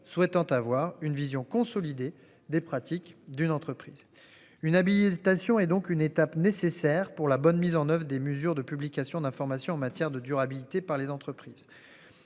souhaitant avoir une vision consolidée des pratiques d'une entreprise. Une habilitation et donc une étape nécessaire pour la bonne mise en oeuvre des mesures de publication d'informations en matière de durabilité par les entreprises.